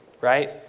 right